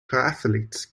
triathletes